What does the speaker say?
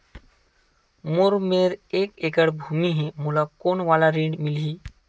मोर मेर एक एकड़ भुमि हे मोला कोन वाला ऋण मिलही?